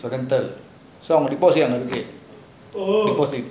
rental so deposit அங்க இருக்கு:anga iruku reporting